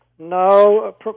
No